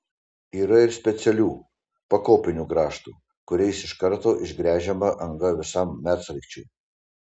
yra ir specialių pakopinių grąžtų kuriais iš karto išgręžiama anga visam medsraigčiui